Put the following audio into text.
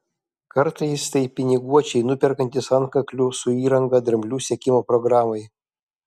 kartais tai piniguočiai nuperkantys antkaklių su įranga dramblių sekimo programai